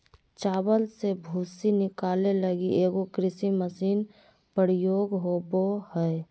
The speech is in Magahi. चावल से भूसी निकाले लगी एगो कृषि मशीन प्रयोग होबो हइ